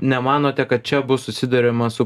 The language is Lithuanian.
nemanote kad čia bus susiduriama su